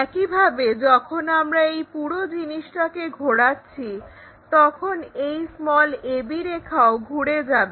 একইভাবে যখন আমরা এই পুরো জিনিসটাকে ঘোরাচ্ছি তখন এই ab রেখাও ঘুরে যাবে